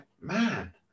man